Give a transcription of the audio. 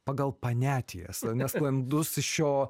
pagal poniatijas nesklandus šio